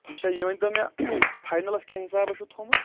اچھا یہِ ؤنۍ تو مےٚ فاینلَس کیاہ حِسابہ چھُو تھومُت